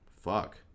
fuck